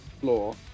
floor